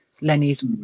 Lenny's